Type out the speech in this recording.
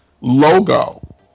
logo